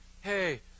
hey